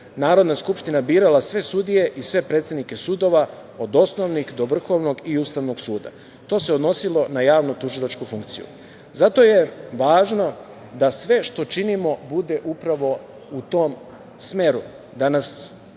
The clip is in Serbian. Narodna skupština birala sve sudije i sve predsednike sudova od osnovnih do Vrhovnog i Ustavnog suda. To se odnosilo na javno-tužilačku funkciju. Zato je važno da sve što činimo bude upravo u tom smeru, da nas ne